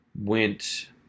went